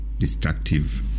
Destructive